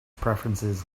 preferences